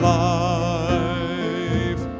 life